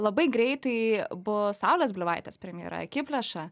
labai greitai bus saulės bliuvaitės premjera akiplėša